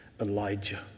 Elijah